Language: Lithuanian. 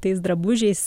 tais drabužiais